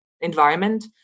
environment